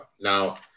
Now